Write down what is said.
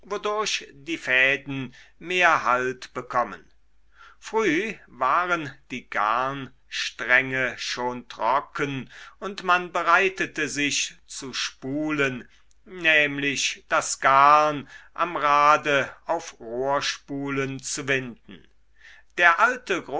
die fäden mehr halt bekommen früh waren die garnstränge schon trocken und man bereitete sich zu spulen nämlich das garn am rade auf rohrspulen zu winden der alte